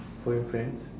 for your friends